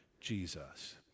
Jesus